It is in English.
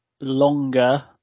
longer